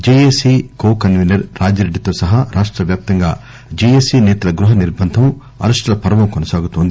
JAC co convener Rajireddy తో సహా రాష్టవ్యాప్తంగా జెఎసి నేతల గృహ నిర్భందం అరెస్టుల పర్వం కొనసాగుతోంది